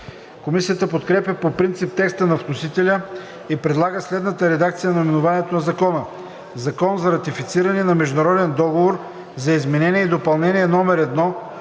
Комисията подкрепя по принцип текста на вносителя и предлага следната редакция на наименованието на Закона: „Закон за ратифициране на международен договор за Изменение и допълнение № 1